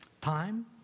Time